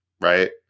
Right